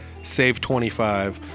SAVE25